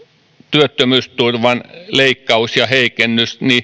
työttömyysturvan leikkaus ja heikennys